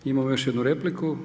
Imamo još jednu repliku.